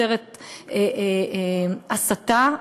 יוצרת הסתה.